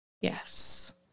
Yes